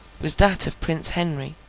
was that of prince henry,